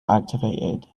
activated